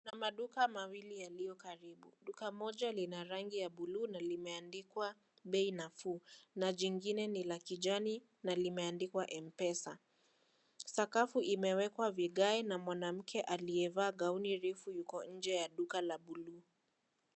Kuna maduka mawili yaliyo karibu, duka moja lina rangi ya buluu na limeandikwa bei nafuu na jingine ni la kijani na limeandikwa M-pesa ,sakafu imewekwa vigae na mwanamke aliyevaa gauni refu yuko nje ya duka la buluu.